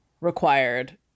Required